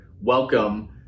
welcome